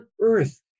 earth